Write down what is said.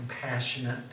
compassionate